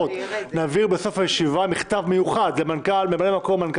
בסוף הישיבה נעביר מכתב מיוחד למ"מ מנכ"ל